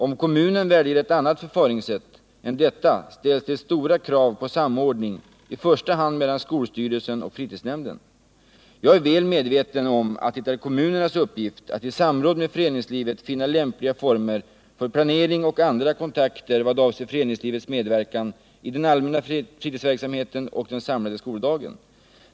Om kommunen väljer ett annat förfaringssätt än detta ställs det stora krav på samordning, i första hand mellan skolsty 49 Jag är väl medveten om att det är kommunernas uppgift att i samråd med föreningslivet finna lämpliga former för planering och andra kontakter i vad avser föreningslivets medverkan i den allmänna fritidsverksamheten och samlade skoldagen.